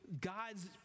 God's